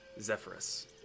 Zephyrus